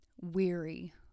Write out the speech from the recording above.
Weary